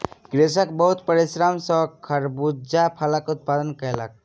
कृषक बहुत परिश्रम सॅ खरबूजा फलक उत्पादन कयलक